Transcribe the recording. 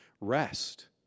rest